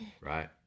right